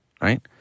right